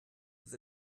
with